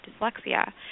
dyslexia